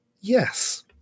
Yes